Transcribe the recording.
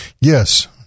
yes